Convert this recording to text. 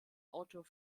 autor